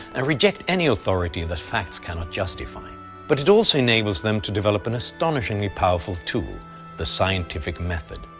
and reject any authority that facts cannot justify but it also enables them to develop an astonishingly powerful tool the scientific method.